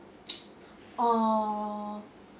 uh